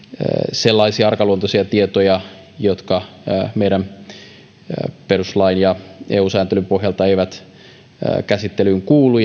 sellaisia arkaluontoisia tietoja jotka meidän perustuslakimme ja eu sääntelymme pohjalta eivät käsittelyyn kuulu